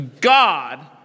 God